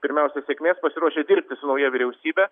pirmiausia sėkmės pasiruošę dirbti su nauja vyriausybe